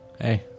hey